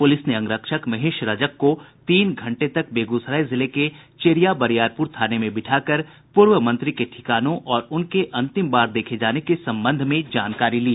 police ने अंगरक्षक महेश रजक को तीन घंटे तक बेगूसराय जिले के चेरिया बरियारपुर थाने में बैठाकर पूर्व मंत्री के ठिकानों और उनके अंतिम बार देखे जाने के संबंध में जानकारी ली